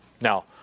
Now